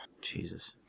Jesus